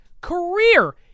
career